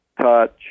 touch